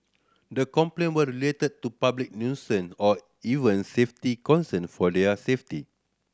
the complaint were related to public nuisance or even safety concern for their safety